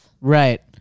Right